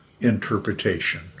interpretation